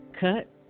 cut